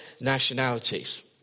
nationalities